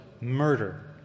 murder